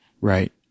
right